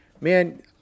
Man